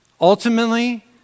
Ultimately